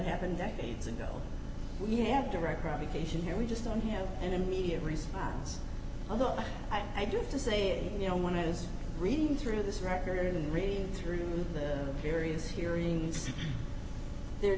happened decades ago we had to write provocation here we just don't have an immediate response although i do have to say you know when i was reading through this record and reading through the various hearings the